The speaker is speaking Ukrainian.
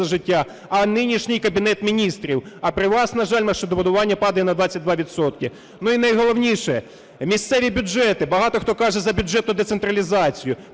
а нинішній Кабінет Міністрів. А при вас, на жаль, машинобудування падає на 22 відсотки. Ну, і найголовніше – місцеві бюджети. Багато хто каже за бюджетну децентралізацію.